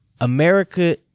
America